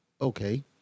Okay